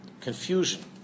Confusion